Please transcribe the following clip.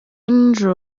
n’ijoro